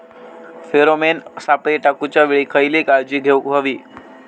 Pheromone सापळे टाकूच्या वेळी खयली काळजी घेवूक व्हयी?